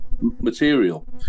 material